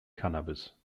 cannabis